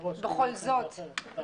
בשעה 12:00.